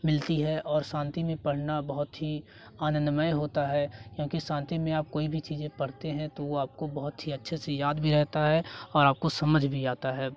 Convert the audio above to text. मिलती है और शांति में पढ़ना बहुत ही आनंदमय होता है क्योंकि शांति में आप कोई भी चीजें पढ़ते हैं तो वो आपको बहुत ही अच्छे से याद भी रहता है और आपको समझ भी आता है